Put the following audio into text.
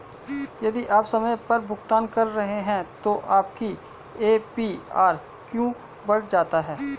यदि आप समय पर भुगतान कर रहे हैं तो आपका ए.पी.आर क्यों बढ़ जाता है?